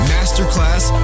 Masterclass